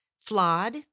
flawed